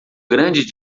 grande